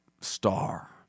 star